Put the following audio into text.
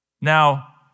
Now